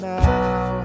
now